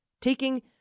Taking